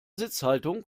sitzhaltung